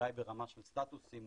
אולי ברמה של סטטוסים,